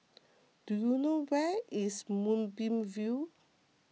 do you know where is Moonbeam View